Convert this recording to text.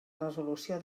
resolució